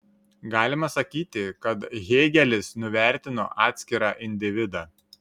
galima sakyti kad hėgelis nuvertino atskirą individą